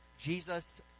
Jesus